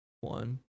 one